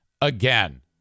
again